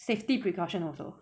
safety precaution also